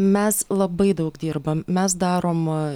mes labai daug dirbam mes darom